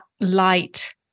light